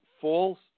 false